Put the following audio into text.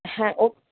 হ্যাঁ ও